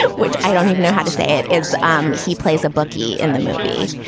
ah which i don't even know how to say it is. um he plays a bookie in the movie.